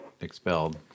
expelled